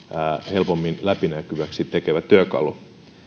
helpommin läpinäkyväksi tekevä työkalu